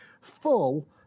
full